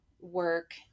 work